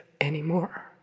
anymore